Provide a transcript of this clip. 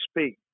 speak